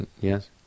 Yes